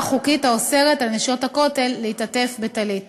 חוקית האוסרת על "נשות הכותל" להתעטף בטלית